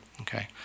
Okay